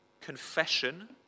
confession